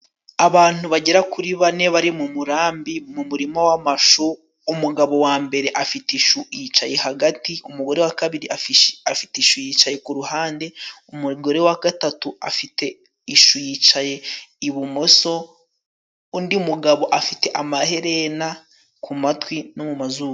Abantu bagera kuri bane bari mu murambi mu murima w'amashu. Umugabo wa mbere afite ishu yicaye hagati, umugore wa kabiri afite ishu yicaye ku ruhande, umugore wa gatatu afite ishu yicaye ibumoso, undi mugabo afite amaherena ku matwi no mu mumazuru.